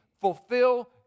fulfill